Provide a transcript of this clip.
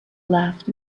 laughed